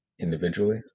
individually